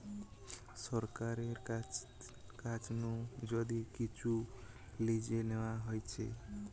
সরকারের কাছ নু যদি কিচু লিজে নেওয়া হতিছে